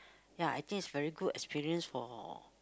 ya I think is very good experience for